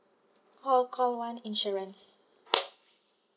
call call one insurance